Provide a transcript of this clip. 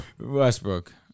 Westbrook